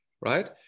right